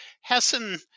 Hessen